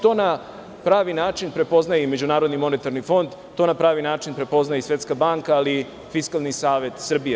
To na pravi način prepoznaje i MMF, to na pravi način prepoznaje i Svetska banka, ali i Fiskalni savet Srbije.